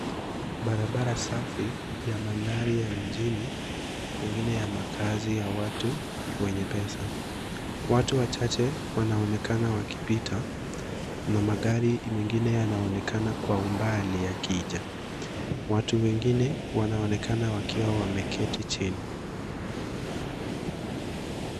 Barabara safi ya mandhari ya mjini pengine ya makaazi ya watu wenye pesa. Watu wachache wanaonekana wakipita na magari mengine yanaonekana kwa umbali yakija, watu wengine wanaonekana wakiwa wameketi chini.